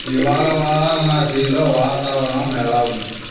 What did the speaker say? ఇవాళ వారణాసిలో వాతావరణం ఎలా ఉంది